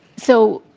so,